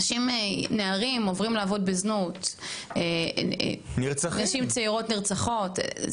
נערים יוצאים לעבוד בזנות, נערות נרצחות.